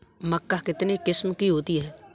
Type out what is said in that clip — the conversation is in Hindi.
मक्का कितने किस्म की होती है?